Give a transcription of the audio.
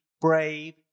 brave